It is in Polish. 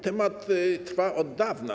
Temat trwa od dawna.